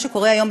מה שקורה היום,